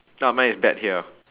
orh mine is bet here